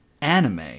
anime